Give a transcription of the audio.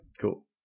Cool